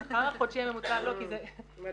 השכר החודשי הממוצע -- מדהים.